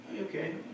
okay